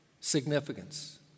significance